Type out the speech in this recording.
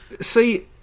See